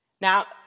Now